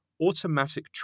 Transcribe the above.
automatic